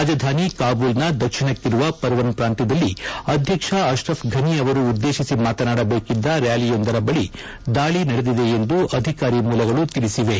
ರಾಜಧಾನಿ ಕಾಬೂಲ್ನ ದಕ್ಷಿಣಕ್ಕಿರುವ ಪರ್ವನ್ ಪ್ರಾಂತ್ಯದಲ್ಲಿ ಅಧ್ಯಕ್ಷ ಅಶ್ರಫ್ ಫನಿ ಅವರು ಉದ್ದೇತಿಸಿ ಮಾತನಾಡಬೇಕಿದ್ದ ರ್ನಾಲಿಯೊಂದರ ಬಳಿ ದಾಳಿ ನಡೆದಿದೆ ಎಂದು ಅಧಿಕಾರಿ ಮೂಲಗಳು ತಿಳಿಸಿವೆ